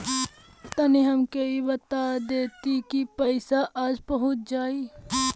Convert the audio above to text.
तनि हमके इ बता देती की पइसवा आज पहुँच जाई?